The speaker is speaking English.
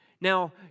Now